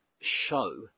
show